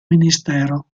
ministero